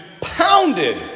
pounded